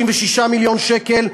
36 מיליון שקל,